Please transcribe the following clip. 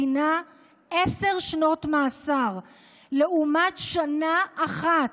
דינה 10 שנות מאסר לעומת שנה אחת,